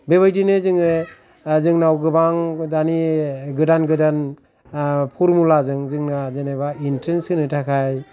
बे बायदिनो जोङो जोंनाव गोबां दानि गोदान गोदान फरमुला जों जोेंना जेनबा इन्ट्रेनस होनो थाखाय